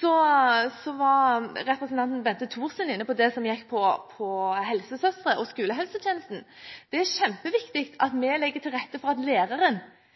Representanten Bente Thorsen var inne på det som går på helsesøstre og skolehelsetjenesten. Det er kjempeviktig at vi legger til rette for at læreren,